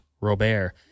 Robert